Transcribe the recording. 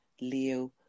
Leo